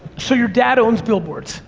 so, your dad owns billboards.